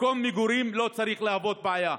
מקום מגורים לא צריך להוות בעיה.